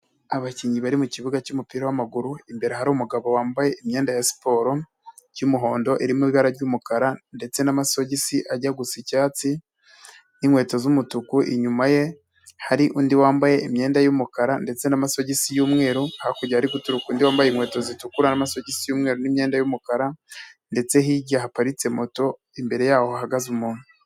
Abakinnyi bari mu kibuga cy'umupira w'amaguru, imbere hari umugabo wambaye imyenda ya siporo y'umuhondo irimo ibara ry'umukara ndetse n'amasogisi ajya gusa icyatsi n'inkweto z'umutuku, inyuma ye hari undi wambaye imyenda y'umukara ndetse n'amasogisi y'umweru, hakurya hari guturuka undi wambaye inkweto zitukura n'amasogisi y'umweru n'imyenda y'umukara ndetse hirya haparitse moto imbere y'aho hahahagaze umuntu.